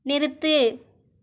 நிறுத்து